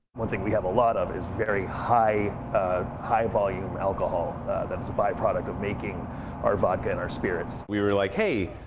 one thing we have a lot of is very high-volume alcohol that is a byproduct of making our vodka and our spirits. we were like, hey,